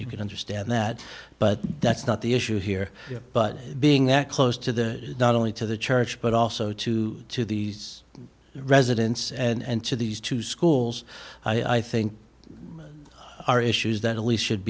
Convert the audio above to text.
you can understand that but that's not the issue here but being that close to the not only to the church but also to to these residents and to these two schools i think are issues that really should